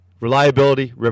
Reliability